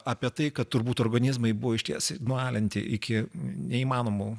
apie tai kad turbūt organizmai buvo išties nualinti iki neįmanomų